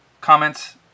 comments